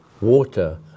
water